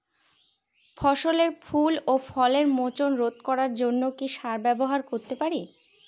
ফসলের ফুল ও ফলের মোচন রোধ করার জন্য কি সার ব্যবহার করতে পারি?